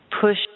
push